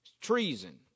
treason